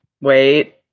Wait